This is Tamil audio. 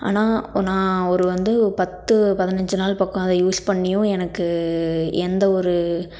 ஆனால் நான் ஒரு வந்து பத்து பதினஞ்சு நாள் பக்கம் அதை யூஸ் பண்ணியும் எனக்கு எந்த ஒரு